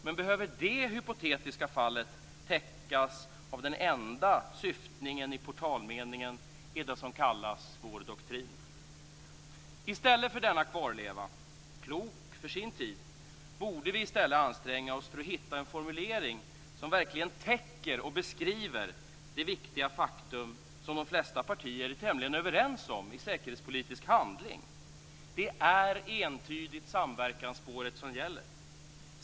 Men behöver det hypotetiska fallet täckas av den enda syftningen i portalmeningen i det som kallas vår doktrin? I stället för denna kvarleva - klok för sin tid - borde vi anstränga oss att hitta en formulering som verkligen täcker och beskriver det viktiga faktum som de flesta partier är tämligen överens om i säkerhetspolitisk handling. Det är entydigt samverkansspåret som gäller.